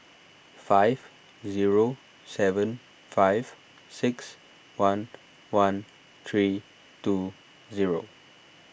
five zero seven five six one one three two zero